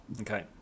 okay